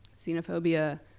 xenophobia